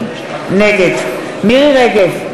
נגד מירי רגב,